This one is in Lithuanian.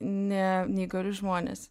ne neįgalius žmones